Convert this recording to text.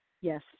yes